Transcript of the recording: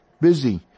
busy